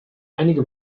einige